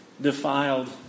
defiled